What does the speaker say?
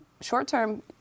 short-term